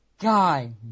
Guy